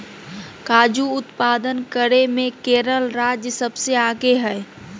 काजू उत्पादन करे मे केरल राज्य सबसे आगे हय